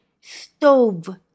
stove